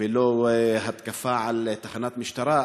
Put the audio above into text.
ולא התקפה על תחנת משטרה,